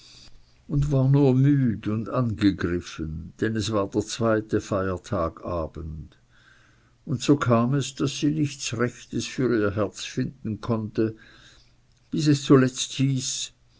und war nur müd und angegriffen denn es war der zweite feiertag abend und so kam es daß sie nichts rechtes für ihr herz finden konnte bis es zuletzt hieß